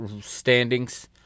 standings